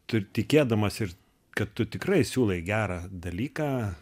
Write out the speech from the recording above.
tu ir tikėdamas ir kad tu tikrai siūlai gerą dalyką